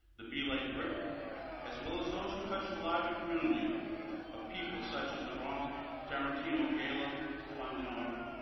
the be like brit as well as those who touch the larger community of people such as the ronald tarantino gala fund in auburn.